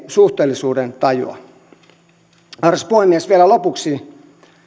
suhteellisuudentajua arvoisa puhemies vielä lopuksi